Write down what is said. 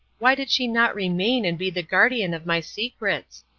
why did she not remain and be the guardian of my secrets?